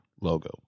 logo